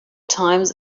times